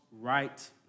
right